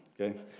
okay